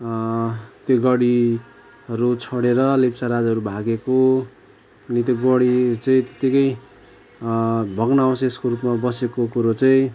त्यो गढीहरू छोडेर लेप्चा राजाहरू भागेको अनि त्यो गढी चाहिँ त्यतिकै भग्नावशेषको रुपमा बसेको कुरो चाहिँ